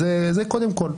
וזה קודם כול.